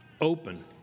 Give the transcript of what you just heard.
open